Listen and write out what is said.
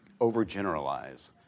overgeneralize